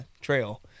trail